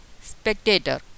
spectator